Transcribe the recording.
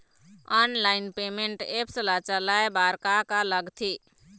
Online payment apps ला चलाए बार का का लगथे?